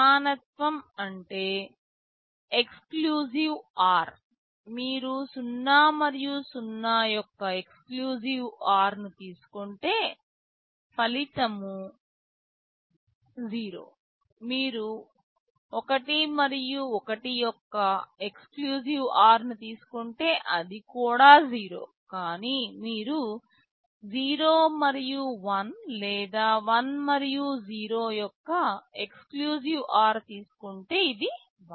సమానత్వం అంటే exclusive OR మీరు 0 మరియు 0 యొక్క ఎక్స్క్లూజివ్ OR ను తీసుకుంటే ఫలితం 0 మీరు 1 మరియు 1 యొక్క ఎక్స్క్లూజివ్ OR తీసుకుంటే అది కూడా 0 కానీ మీరు 0 మరియు 1 లేదా 1 మరియు 0 యొక్క ఎక్స్క్లూజివ్ OR తీసుకుంటే ఇది 1